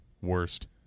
worst